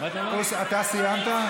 אתה סיימת?